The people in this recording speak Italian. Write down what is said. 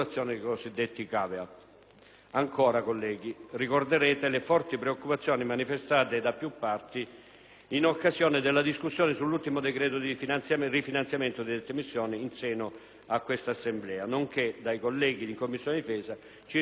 in occasione della discussione sull'ultimo decreto di rifinanziamento di dette missioni in seno a questa Assemblea, nonché dai colleghi in Commissione difesa circa l'impiego dei nostri Tornado. Preoccupazione, converrete con me, fondata e avvalorata adesso anche dal testo di questo decreto.